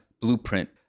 blueprint